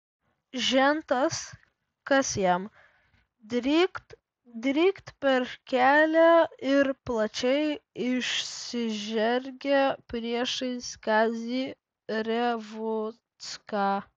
žentas kas jam drykt drykt per kelią ir plačiai išsižergė priešais kazį revucką